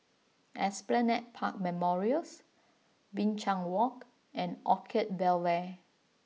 Esplanade Park Memorials Binchang Walk and Orchard Bel Air